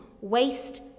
waste